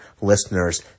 listeners